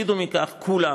כולם